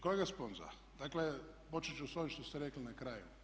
Kolega Sponza, dakle počet ću sa ovim što ste rekli na kraju.